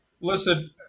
listen